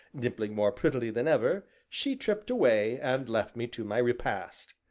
dimpling more prettily than ever, she tripped away, and left me to my repast.